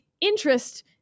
interest